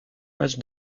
match